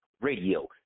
Radio